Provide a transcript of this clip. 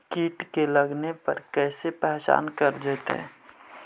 कीट के लगने पर कैसे पहचान कर जयतय?